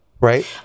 Right